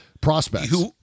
prospects